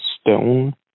Stone